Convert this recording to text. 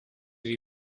die